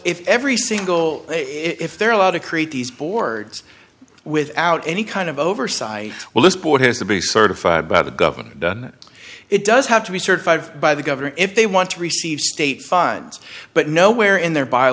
if every single if they're allowed to create these boards without any kind of oversight well this board has to be certified by the government it does have to be certified by the governor if they want to receive state funds but nowhere in their by